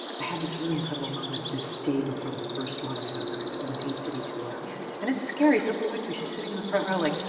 i had this really incredible moment the day before the first one of those, because it was an eight city tour. yes. and it's scary, it's oprah winfrey. she's sitting in the front row. like,